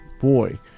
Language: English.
boy